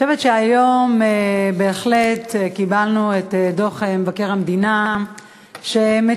אני חושבת שהיום בהחלט קיבלנו את דוח מבקר המדינה שמציג